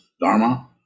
Dharma